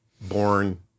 born